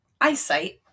eyesight